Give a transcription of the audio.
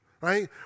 right